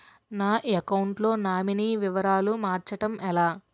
నా అకౌంట్ లో నామినీ వివరాలు మార్చటం ఎలా?